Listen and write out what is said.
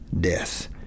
death